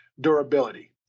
durability